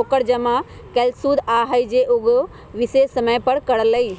ओकर जमा कैल शुद्ध आय हई जे उ एगो विशेष समय पर करअ लई